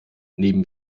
neben